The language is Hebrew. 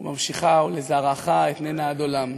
וממשיכה: ולזרעך אתננה עד עולם.